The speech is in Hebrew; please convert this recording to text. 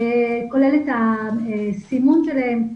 כולל הסימון שלהם,